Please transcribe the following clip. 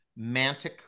mantic